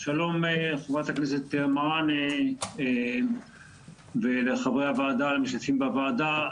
חברת הכנסת מראענה ולחברי הוועדה אשר משתתפים בוועדה.